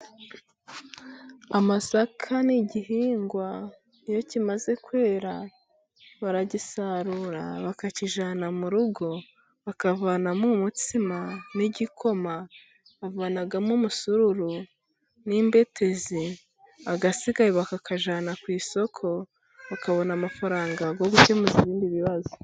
Amasaka ni igihingwa, iyo kimaze kwera baragisarura bakakijyana mu rugo, bakavanamo umutsima n'igikoma. Bavanamo umusururu n'imbetezi, asigaye bakayajyana ku isoko, bakabona amafaranga yo gukemuza ibindi bibazo.